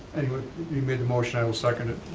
you made the motion, i will second it.